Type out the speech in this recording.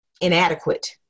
inadequate